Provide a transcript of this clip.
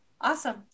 Awesome